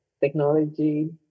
technology